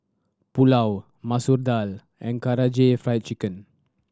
Pulao Masoor Dal and Karaage Fried Chicken